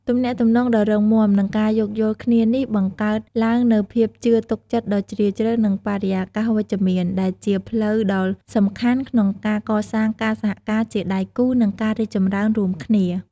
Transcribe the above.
ទំនាក់ទំនងដ៏រឹងមាំ និងការយោគយល់គ្នានេះ បង្កើតឡើងនូវភាពជឿទុកចិត្តដ៏ជ្រាលជ្រៅ និងបរិយាកាសវិជ្ជមាន ដែលជាផ្លូវដ៏សំខាន់ក្នុងការកសាងការសហការជាដៃគូ និងការរីកចម្រើនរួមគ្នា ។